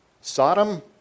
Sodom